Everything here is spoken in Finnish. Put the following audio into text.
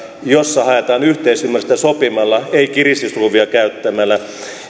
jossa haetaan yhteisymmärrystä sopimalla ei kiristysruuvia käyttämällä